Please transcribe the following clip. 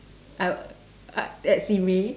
I I at simei